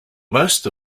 most